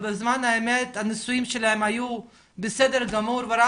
ובזמן אמת הנישואים שלהם היו בסדר גמור ורב